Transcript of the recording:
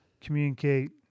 communicate